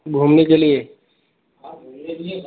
घूमने के लिए